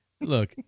Look